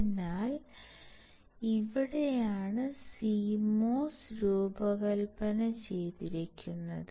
അതിനാൽ ഇവിടെയാണ് CMOS രൂപകൽപ്പന ചെയ്തിരിക്കുന്നത്